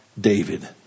David